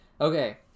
Okay